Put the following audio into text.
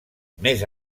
més